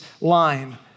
line